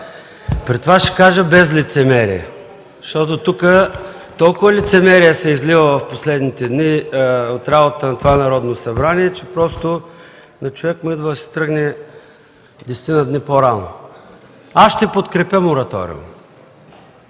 При това ще кажа без лицемерие, защото тук толкова лицемерие се излива през последните дни от работата на това Народно събрание, че на човек просто му се иска да си тръгне десетина дни по-рано. Аз ще подкрепя мораториума,